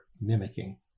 mimicking